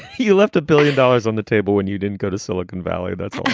you left a billion dollars on the table when you didn't go to silicon valley, that's all